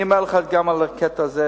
אני אומר לך גם על הקטע הזה,